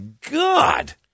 God